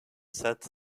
set